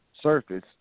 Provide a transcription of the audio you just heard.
surface